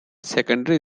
secondary